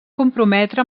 comprometre